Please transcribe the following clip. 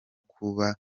kuba